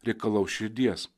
reikalaus širdies